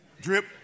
drip